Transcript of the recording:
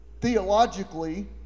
theologically